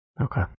Okay